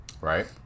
right